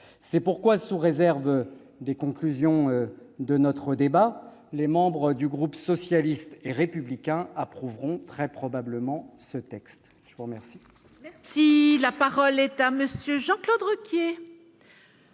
C'est pourquoi, sous réserve des conclusions de notre débat, les membres du groupe socialiste et républicain approuveront très probablement ce texte. La parole